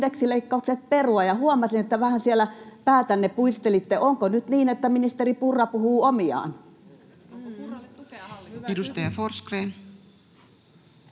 indeksileikkaukset perua, ja huomasin, että siellä vähän päätänne puistelitte. Onko nyt niin, että ministeri Purra puhuu omiaan? [Tytti Tuppurainen: